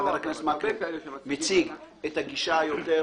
חבר הכנסת מקלב מציג את הגישה היותר